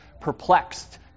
perplexed